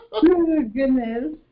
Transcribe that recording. goodness